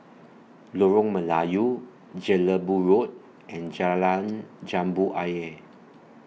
Lorong Melayu Jelebu Road and Jalan Jambu Ayer